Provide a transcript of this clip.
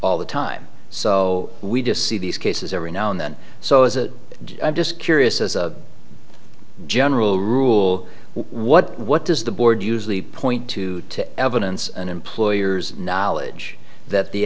all the time so we just see these cases every now and then so as a i'm just curious as general rule what what does the board usually point to to evidence and employers knowledge that the